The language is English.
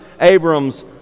Abram's